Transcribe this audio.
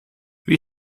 wie